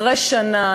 אחרי שנה,